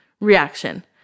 reaction